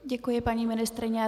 Děkuji, paní ministryně.